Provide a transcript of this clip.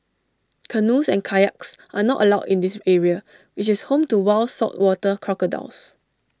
canoes and kayaks are not allowed in the area which is home to wild saltwater crocodiles